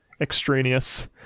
extraneous